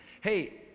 Hey